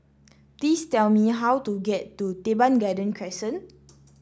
please tell me how to get to Teban Garden Crescent